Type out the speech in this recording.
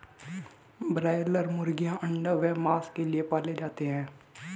broiler मुर्गीयां अंडा व मांस के लिए पाले जाते हैं